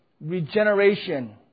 regeneration